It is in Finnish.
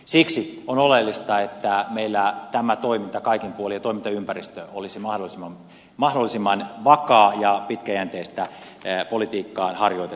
siksi on oleellista että meillä tämä toiminta kaikin puolin ja toimintaympäristö olisivat mahdollisimman vakaita ja pitkäjänteistä politiikkaa harjoitettaisiin